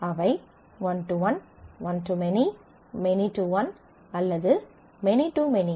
அவை one to one one to many many to one அல்லது many to many